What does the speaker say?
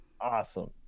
awesome